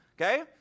okay